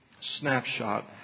snapshot